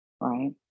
right